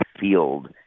field